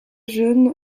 jeune